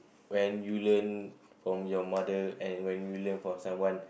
when you learn from your mother and when you learn from someone